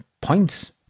points